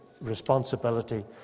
responsibility